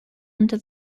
under